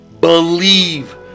believe